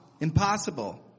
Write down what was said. impossible